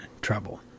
trouble